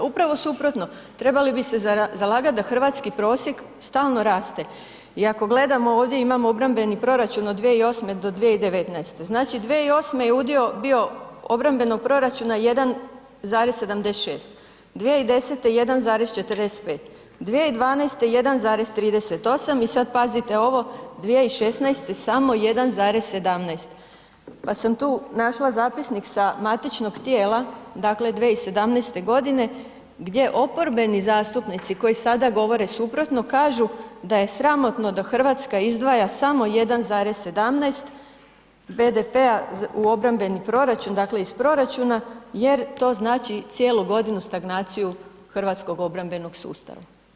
Upravo suprotno, trebali bi se zalagat da hrvatski prosjek stalno raste i ako gledamo ovdje imamo obrambeni proračun od 2008.-2019., znači 2008. je udio bio obrambenog proračuna 1,76, 2010. 1,45, 2012. 1,38 i sad pazite ovo 2016. samo 1,17, pa sam tu našla zapisnik sa matičnog tijela, dakle, 2017.g. gdje oporbeni zastupnici koji sada govore suprotno, kažu da je sramotno da RH izdvaja samo 1,17 BDP-a u obrambeni proračun, dakle, iz proračuna jer to znači cijelu godinu stagnaciju hrvatskog obrambenog sustava.